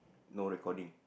no recording